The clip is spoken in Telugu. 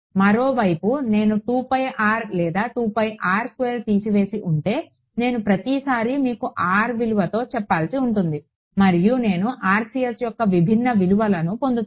మరోవైపు నేను లేదా తీసివేసి ఉంటే నేను ప్రతిసారీ మీకు విలువతో చెప్పాల్సి ఉంటుంది మరియు నేను RCS యొక్క విభిన్న విలువలను పొందుతాను